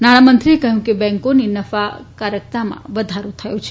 નાણાંમંત્રીએ કહ્યું કે બેન્કોની નફાકારકતામાં વધારો થયો છે